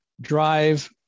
drive